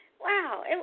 Wow